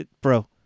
bro